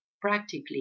practically